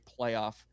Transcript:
playoff